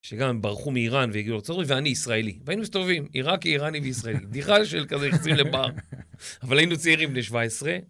שגם הם ברחו מאיראן והגיעו לצורך, ואני ישראלי. והיינו מסתובבים, עיראקי, איראני וישראלי. בדיחה של כזה נכנסים לבר. אבל היינו צעירים בני 17.